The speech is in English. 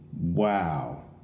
Wow